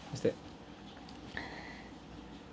is that